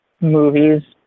movies